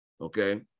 okay